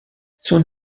son